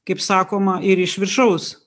kaip sakoma ir iš viršaus